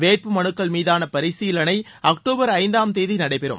வேட்புமனுக்கள் மீதான பரிசீலனை அக்டோபர் ஐந்தாம் தேதி நடைபெறும்